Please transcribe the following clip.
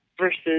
versus